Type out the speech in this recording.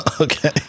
Okay